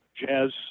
jazz